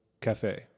cafe